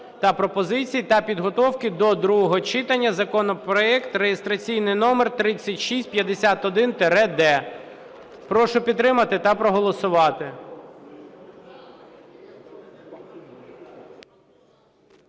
Прошу підтримати та проголосувати.